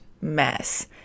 mess